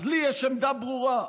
אז לי יש עמדה ברורה: